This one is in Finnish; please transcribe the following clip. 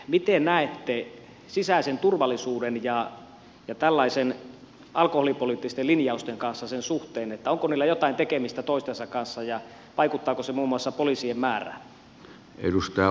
miten näette sisäisen turvallisuuden ja tällaisten alkoholipoliittisten linjausten kanssa sen suhteen onko niillä jotain tekemistä toistensa kanssa ja vaikuttaako se muun muassa poliisien määrään